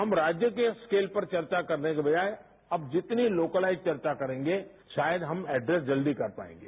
हम राज्य के स्केल पर चर्चा करने के बजाय जितनी सवबंसप्रम चर्चा करेंगे शायद हम ंककतमे जल्दी कर पाएंगे